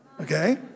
okay